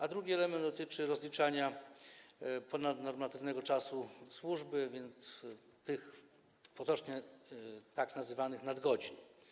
A drugi element dotyczy rozliczania ponadnormatywnego czasu służby, więc tych, potocznie tak nazywanych, nadgodzin.